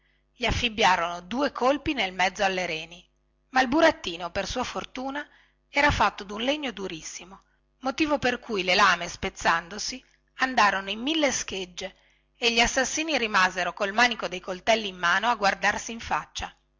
gli affibbiarono due colpi nel mezzo alle reni ma il burattino per sua fortuna era fatto dun legno durissimo motivo per cui le lame spezzandosi andarono in mille schegge e gli assassini rimasero col manico dei coltelli in mano a guardarsi in faccia